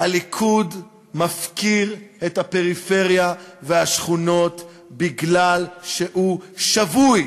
הליכוד מפקיר את הפריפריה והשכונות בגלל שהוא שבוי